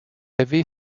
avait